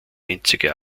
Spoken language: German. einzige